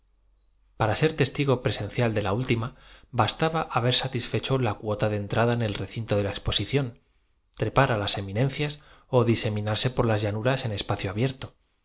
para ser testigo presencial de la última bastaba haber satisfecho la cuota de entrada en el recinto de la exposición trepar á las eminencias ó diseminarse por las llanuras en espacio abierto